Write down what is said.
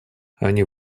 они